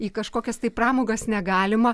į kažkokias tai pramogas negalima